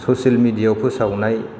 social मिडियाआव फोसावनाय